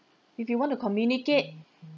if you want to communicate